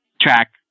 track